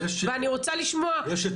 ואני רוצה לשמוע --- יש את